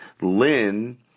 Lynn